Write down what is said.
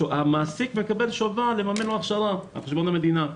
המעסיק מקבל שובר לממן לו הכשרה על חשבון המדינה.